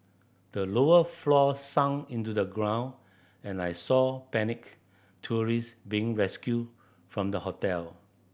the lower floors sunk into the ground and I saw panicked tourists being rescued from the hotel